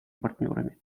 партнерами